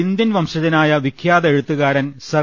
Indian വംശജനായ വിഖ്യാത എഴുത്തുകാരൻ സർ